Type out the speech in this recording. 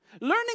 Learning